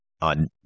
on –